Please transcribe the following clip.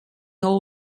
all